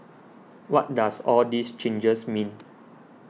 what does all these changes mean